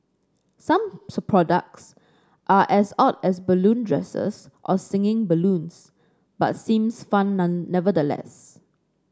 some products are as odd as balloon dresses or singing balloons but seems fun nevertheless